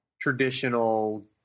traditional